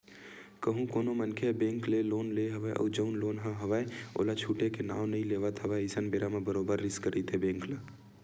कहूँ कोनो मनखे ह बेंक ले लोन ले हवय अउ जउन लोन ले हवय ओला छूटे के नांव नइ लेवत हवय अइसन बेरा म बरोबर रिस्क रहिथे बेंक ल